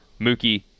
Mookie